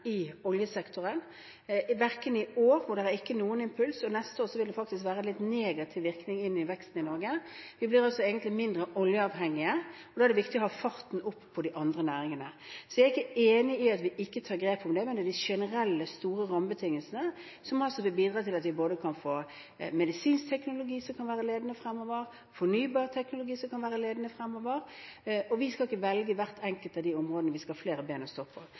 i investeringene i oljesektoren – og det er ikke noen impulser – og neste år vil det faktisk være litt negativ virkning inn i veksten i Norge. Vi blir altså egentlig mindre oljeavhengig, og da er det viktig å ha farten oppe i de andre næringene. Så jeg er ikke enig i at vi ikke tar grep om det, men de generelle, store rammebetingelsene vil bidra til at vi både kan få medisinsk teknologi som kan være ledende fremover, fornybarteknologi som kan være ledende fremover, og vi skal ikke velge hvert enkelt av de områdene, vi skal ha flere ben å stå på.